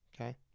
okay